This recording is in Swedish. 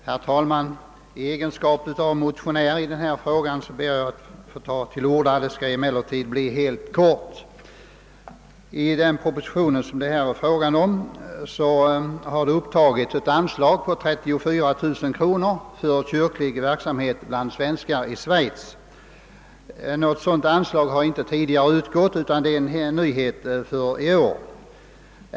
Herr talman! I egenskap av motionär i denna fråga ber jag att få ta till orda, men jag skall fatta mig mycket kort. I den proposition som det här är fråga om har upptagits ett anslag på 34 000 kronor för kyrklig verksamhet bland svenskar i Schweiz. Något sådant anslag har inte tidigare utgått, utan det är en nyhet för i år.